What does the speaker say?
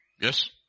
Yes